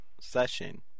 session